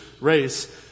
race